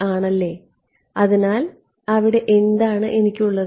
ആണല്ലേ അതിനാൽ അവിടെ എനിക്ക് എന്താണുള്ളത്